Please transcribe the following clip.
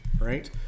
right